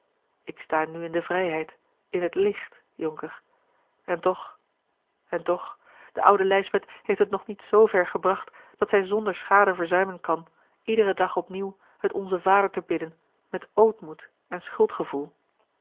ik sta nu in de vrijheid in het licht jonker en toch en toch de oude lijsbeth heeft het nog niet zver gebracht dat zij zonder schade verzuimen kan iederen dag opnieuw het onze vader te bidden met ootmoed en schuldgevoel